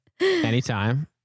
Anytime